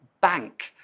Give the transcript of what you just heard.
bank